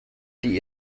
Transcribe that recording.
die